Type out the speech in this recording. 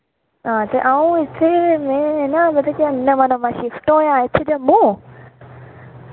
हां ते अ'ऊं इत्थे मैं ना मतलब कि नमां नमां शिफ्ट होआं इत्थे जम्मू